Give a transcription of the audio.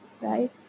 right